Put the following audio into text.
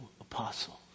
apostle